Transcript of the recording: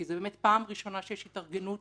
זו פעם ראשונה שיש התארגנות